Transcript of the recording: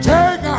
Take